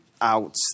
out